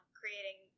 creating